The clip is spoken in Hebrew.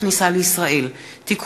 הצעת חוק הכניסה לישראל (תיקון,